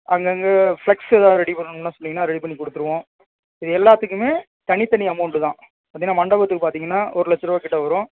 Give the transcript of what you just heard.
அங்கங்கே ஃபிளெக்ஸ் ஏதாவது ரெடி பண்ணணும்னு சொன்னீங்கன்னா ரெடி பண்ணி கொடுத்துடுவோம் இது எல்லாத்துக்குமே தனித்தனி அமௌண்ட்டு தான் பார்த்திங்கன்னா மண்டபத்துக்கு பார்த்திங்கன்னா ஒரு லட்சரூபா கிட்டே வரும்